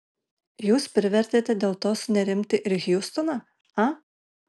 jūs privertėte dėl to sunerimti ir hjustoną a